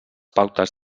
pautes